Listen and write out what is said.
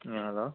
ꯑ ꯍꯂꯣ